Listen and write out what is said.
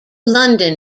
london